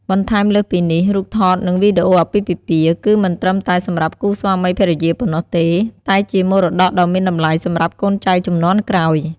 បន្ថែមលើសពីនេះ រូបថត និងវីដេអូអាពាហ៍ពិពាហ៍ គឺមិនត្រឹមតែសម្រាប់គូស្វាមីភរិយាប៉ុណ្ណោះទេ តែជាមរតកដ៏មានតម្លៃសម្រាប់កូនចៅជំនាន់ក្រោយ។